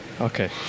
Okay